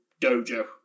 dojo